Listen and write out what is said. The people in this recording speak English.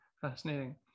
Fascinating